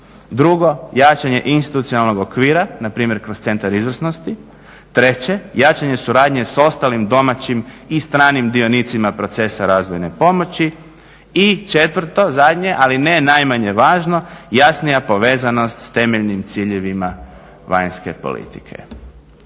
2. jačanje institucionalnog okvira npr. kroz Centar izvornosti. 3. jačanje suradnje sa ostalim domaćim i stranim dionicima procesa razvojne pomoći i 4. zadnje ali ne najmanje važno, jasnija povezanost s temeljnim ciljevima vanjske politike.